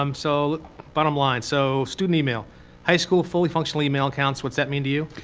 um so bottom line, so student email high school, fully-functional email accounts. what's that mean to you?